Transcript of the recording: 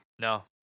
No